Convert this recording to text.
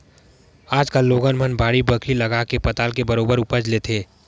आज कल लोगन मन ह बाड़ी बखरी लगाके पताल के बरोबर उपज लेथे